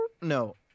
No